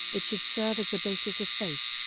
it should serve as the basis of faith.